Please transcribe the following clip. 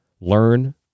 learn